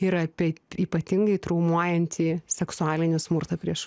ir apie ypatingai traumuojantį seksualinį smurtą prieš